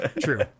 true